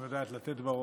היא גם יודעת לתת בראש.